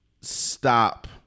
stop